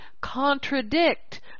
contradict